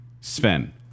Sven